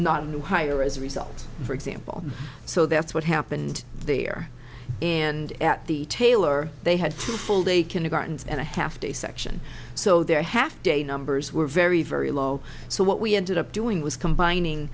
not a new hire as a result for example so that's what happened there and at the taylor they had two full day kindergarten and a half day section so they're half day numbers were very very low so what we ended up doing was combining